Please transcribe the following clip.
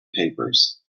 papers